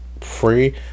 free